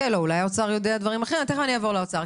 אולי האוצר יודע דברים אחרים, תיכף נעבור לאוצר.